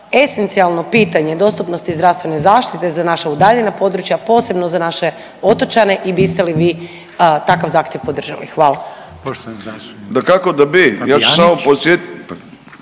esencijalno pitanje dostupnosti zdravstvene zaštite za naša udaljena područja, posebno za naše otočane i biste li vi takav zahtjev podržali? Hvala. **Reiner, Željko (HDZ)** Poštovani